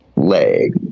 leg